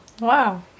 wow